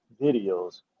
videos